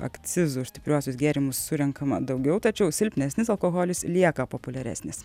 akcizų už stipriuosius gėrimus surenkama daugiau tačiau silpnesnis alkoholis lieka populiaresnis